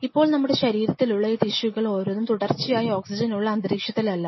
ഇപ്പോൾ നമ്മുടെ ശരീരത്തിലുള്ള ഈ ടിഷ്യൂകൾ ഓരോന്നും തുടർച്ചയായി ഓക്സിജൻ ഉള്ള അന്തരീക്ഷത്തിലല്ല